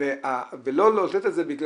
בין לגופים מסחריים,